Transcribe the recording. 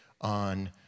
on